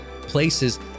places